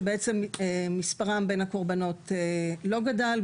שמספרים בין הקורבנות לא גדל,